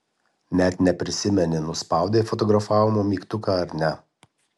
net neprisimeni nuspaudei fotografavimo mygtuką ar ne